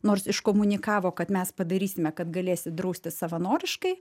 nors iškomunikavo kad mes padarysime kad galėsi draustis savanoriškai